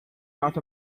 north